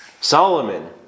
Solomon